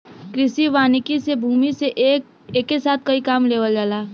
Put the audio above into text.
कृषि वानिकी से भूमि से एके साथ कई काम लेवल जाला